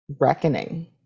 reckoning